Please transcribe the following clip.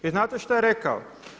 I znate što je rekao?